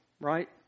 right